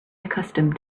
accustomed